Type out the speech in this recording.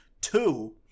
Two